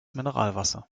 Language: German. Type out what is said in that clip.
mineralwasser